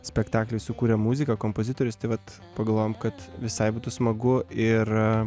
spektakliui sukurė muziką kompozitorius tai vat pagalvojom kad visai būtų smagu ir